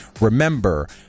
Remember